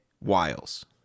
Wiles